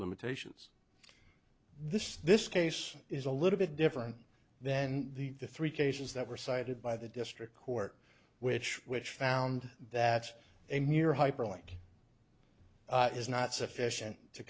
limitations this this case is a little bit different then the three cases that were cited by the district court which which found that a mere hyperlink is not sufficient to